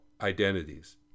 identities